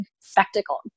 spectacle